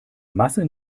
masse